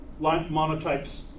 monotypes